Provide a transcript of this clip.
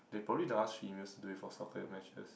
they probably don't ask females to do it for soccer matches